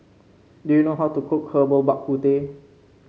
do you know how to cook Herbal Bak Ku Teh